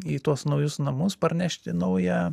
į tuos naujus namus parnešti naują